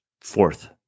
Fourth